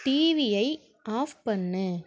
டிவியை ஆஃப் பண்ணு